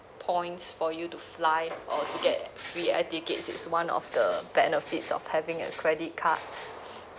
points for you to fly or to get free air tickets it's one of the benefits of having a credit card